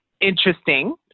interesting